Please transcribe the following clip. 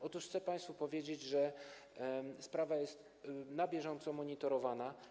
Otóż chcę państwu powiedzieć, że sprawa jest na bieżąco monitorowana.